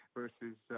versus –